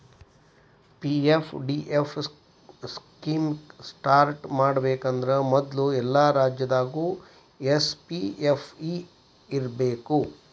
PFDF scheme start ಮಾಡಬೇಕಂದ್ರ ಮೊದ್ಲು ಎಲ್ಲಾ ರಾಜ್ಯದಾಗು ಎಸ್.ಪಿ.ಎಫ್.ಇ ಇರ್ಬೇಕು